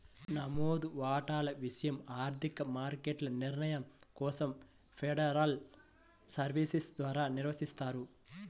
నమోదు వాటాల విషయం ఆర్థిక మార్కెట్ల నియంత్రణ కోసం ఫెడరల్ సర్వీస్ ద్వారా నిర్వహిస్తారు